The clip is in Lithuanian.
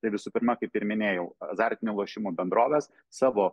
tai visų pirma kaip ir minėjau azartinių lošimų bendrovės savo